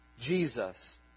Jesus